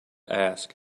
ask